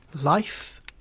Life